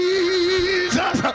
Jesus